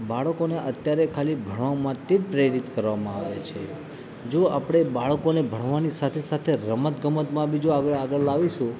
બાળકોને અત્યારે ખાલી ભણવા માટે જ પ્રેરિત કરવામાં આવે છે જો આપણે બાળકોને ભણવવાની સાથે સાથે રમત ગમતમાં બી જો આગળ આગળ લાવીશું